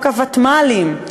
בחוק הוותמ"לים,